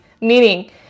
Meaning